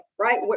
right